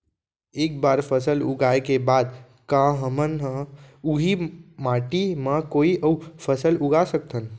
एक बार फसल उगाए के बाद का हमन ह, उही माटी मा कोई अऊ फसल उगा सकथन?